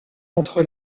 entre